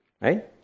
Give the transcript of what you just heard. right